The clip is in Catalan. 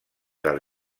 dels